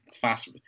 fast